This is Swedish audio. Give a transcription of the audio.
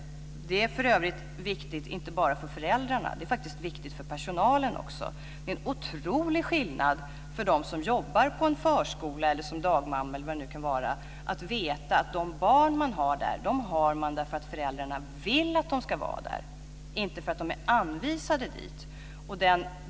Det är viktigt inte bara för föräldrarna utan också för personalen. Det är en otrolig skillnad för dem som jobbar på en förskola eller som dagmammor att veta att de barn som finns där är där för att föräldrarna vill att de ska vara där, inte för att de är anvisade dit.